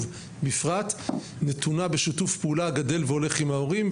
בפרט נתונה בשיתוף פעולה גדל והולך עם ההורים,